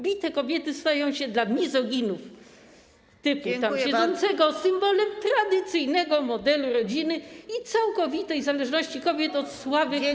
Bite kobiety stają się dla mizoginów, w typie tam siedzącego, symbolem „tradycyjnego” modelu rodziny i całkowitej zależności kobiet od słabych mężczyzn.